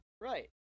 Right